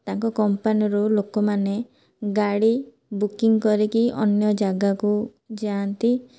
ତାଙ୍କ କମ୍ପାନୀରୁ ଲୋକମାନେ ଗାଡ଼ି ବୁକିଂ କରିକି ଅନ୍ୟ ଯାଗାକୁ ଯାଆନ୍ତି